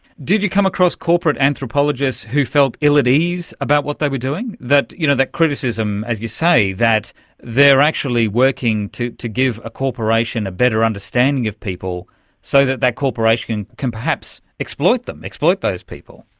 did you come across corporate anthropologists who felt ill at ease about what they were doing, that you know that criticism, as you say, that they are actually working to to give a corporation a better understanding of people so that that corporation can perhaps exploit them, exploit those people?